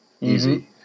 Easy